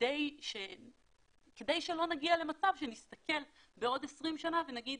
כדי שלא נגיע למצב שנסתכל בעוד 20 שנה ונגיד